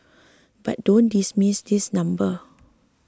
but don't dismiss this number